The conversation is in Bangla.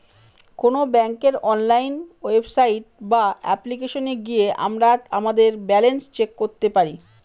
কোন ব্যাঙ্কের অনলাইন ওয়েবসাইট বা অ্যাপ্লিকেশনে গিয়ে আমরা আমাদের ব্যালান্স চেক করতে পারি